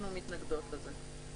אנחנו מתנגדות לזה.